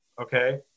okay